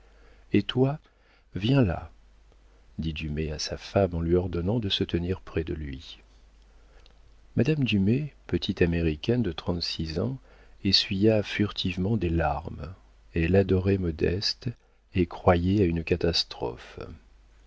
et toi viens là dit dumay à sa femme en lui ordonnant de se tenir près de lui madame dumay petite américaine de trente-six ans essuya furtivement des larmes elle adorait modeste et croyait à une catastrophe